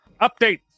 update